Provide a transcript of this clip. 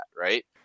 Right